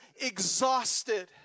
exhausted